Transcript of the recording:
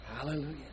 Hallelujah